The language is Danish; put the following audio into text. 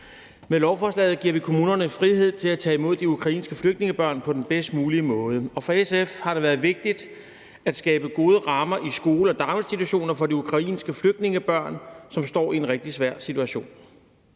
Med lovforslaget giver vi kommunerne frihed til at tage imod de ukrainske flygtningebørn på den bedst mulige måde, og for SF har det været vigtigt at skabe gode rammer i skoler og daginstitutioner for de ukrainske flygtningebørn, som står i en rigtig svær situation.